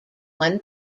one